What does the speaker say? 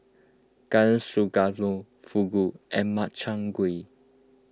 Garden Stroganoff Fugu and Makchang Gui